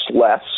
less